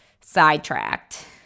sidetracked